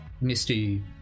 Misty